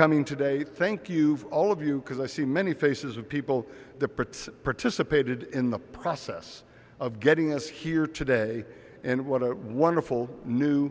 coming today thank you all of you because i see many faces of people the parts participated in the process of getting us here today and what it wonderful new